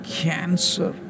cancer